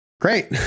Great